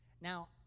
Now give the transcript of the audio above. Now